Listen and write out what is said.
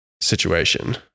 situation